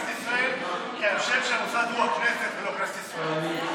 כי השם, הוא הכנסת ולא כנסת ישראל.